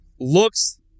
looks